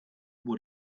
would